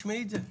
תשמעי את זה.